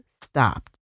stopped